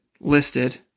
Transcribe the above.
listed